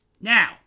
now